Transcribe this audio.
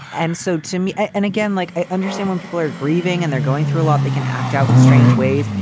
and so to me and again, like i understand when people are grieving and they're going through a lot, they can act out in strange ways.